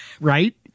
Right